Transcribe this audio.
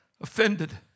offended